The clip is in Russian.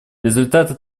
результаты